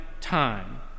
time